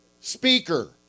Speaker